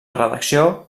redacció